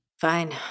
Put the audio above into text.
Fine